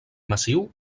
massiu